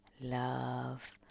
love